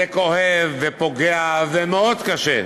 זה כואב ופוגע ומאוד קשה.